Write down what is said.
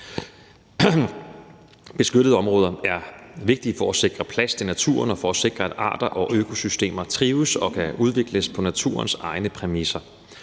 Beskyttede områder er vigtige for at sikre plads til naturen og for at sikre, at arter og økosystemer trives og kan udvikles på naturens egne præmisser.